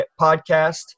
podcast